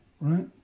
Right